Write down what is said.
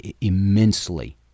immensely